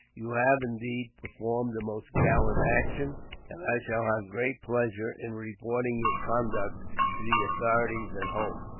you have, indeed, performed a most gallant action and i shall have great pleasure in reporting your conduct to the authorities at home.